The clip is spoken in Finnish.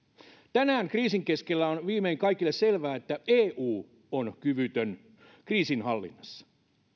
tänään kriisin keskellä on viimein kaikille selvää että eu on kyvytön kriisinhallinnassa